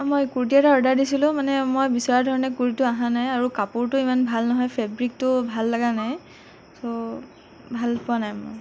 অঁ মই কুৰ্টি এটা অৰ্ডাৰ দিছিলোঁ মানে মই বিচৰা ধৰণে কুৰ্টিটো অহা নাই আৰু কাপোৰটো ইমান ভাল নহয় ফেব্ৰিকটো ভাল লাগা নাই তো ভাল পোৱা নাই মই